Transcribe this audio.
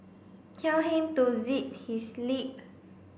tell him to zip his lip